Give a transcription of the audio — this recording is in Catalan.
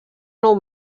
nou